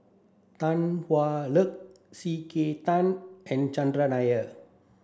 Tan Hwa Luck C K Tang and Chandran Nair